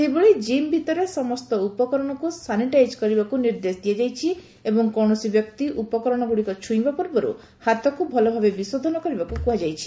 ସେହିଭଳି ଜିମ୍ ଭିତରେ ସମସ୍ତ ଉପକରଣକୁ ସାନିଟାଇଜ୍ କରିବାକୁ ନିର୍ଦ୍ଦେଶ ଦିଆଯାଇଛି ଏବଂ କୌଣସି ବ୍ୟକ୍ତି ଉପକରଣଗୁଡ଼ିକ ଛୁଇଁବା ପୂର୍ବରୁ ହାତକୁ ଭଲଭାବେ ବିଶୋଧନ କରିବାକୁ କୁହାଯାଇଛି